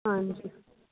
ਹਾਂਜੀ